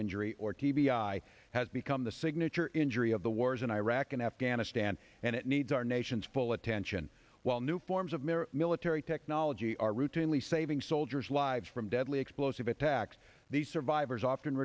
injury or t b i has become the signature injury of the wars in iraq and afghanistan and it needs our nation's full attention while new forms of mere military technology are routinely saving soldiers lives from deadly explosive attacks the survivors often